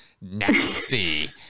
nasty